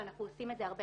ואנחנו עושים את זה הרבה,